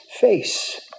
face